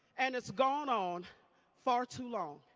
and it's gone on far too long.